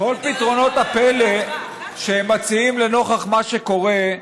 כל פתרונות הפלא שמציעים לנוכח מה שקורה,